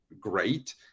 great